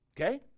Okay